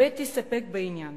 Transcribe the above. הבעתי ספק בעניין